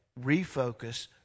refocus